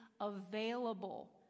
available